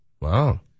Wow